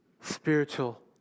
spiritual